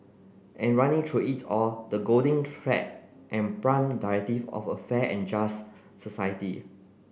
and running through it all the golden thread and prime directive of a fair and just society